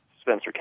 Spencer